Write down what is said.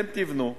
אתם תבנו,